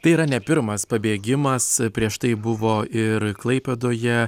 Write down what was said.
tai yra ne pirmas pabėgimas prieš tai buvo ir klaipėdoje